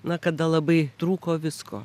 na kada labai trūko visko